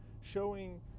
showing